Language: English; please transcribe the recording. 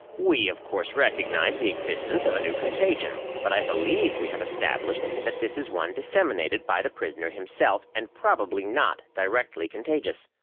we, of course, recognize the existence of a new contagion, but i believe we have established that this is one disseminated by the prisoner himself, and probably not directly contagious.